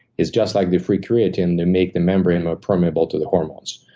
is just like the free creatine. they make the membrane more permeable to the hormones.